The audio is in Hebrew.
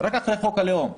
רק אחרי חוק הלאום.